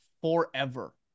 forever